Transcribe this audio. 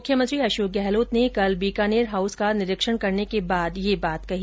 मुख्यमंत्री अशोक गहलोत ने कल बीकानेर हाउस का निरीक्षण करने के बाद ये बात कही